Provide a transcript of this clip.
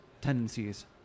tendencies